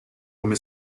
come